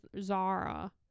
Zara